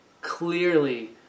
clearly